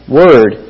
word